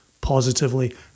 positively